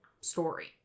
story